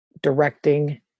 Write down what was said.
directing